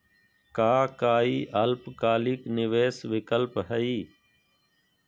का काई अल्पकालिक निवेस विकल्प हई?